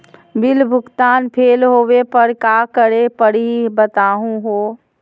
Bill भुगतान fail होवे पर का करै परही, बताहु हो?